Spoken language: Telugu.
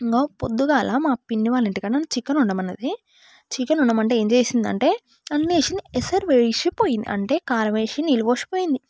ఇగో పొద్దుగాల మా పిన్ని వాళ్ళ ఇంటికాడ నన్ను చికెన్ వండమన్నది చికెన్ వండమంటే ఏం చేసిందంటే అన్నీ వేసింది ఎసరు పెట్టి పోయింది అంటే కారం వేసి నీళ్ళు పోసి పోయింది